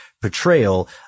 portrayal